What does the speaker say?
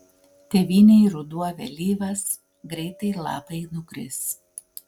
tėvynėj ruduo vėlyvas greitai lapai nukris